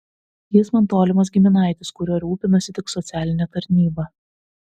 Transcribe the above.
jis man tolimas giminaitis kuriuo rūpinasi tik socialinė tarnyba